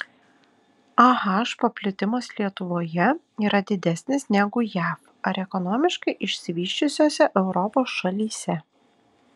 ah paplitimas lietuvoje yra didesnis negu jav ar ekonomiškai išsivysčiusiose europos šalyse